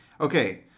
Okay